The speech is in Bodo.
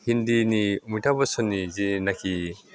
हिन्दीनि अमिताब बच्चननि जिनाखि